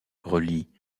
relie